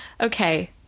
okay